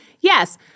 Yes